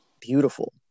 beautiful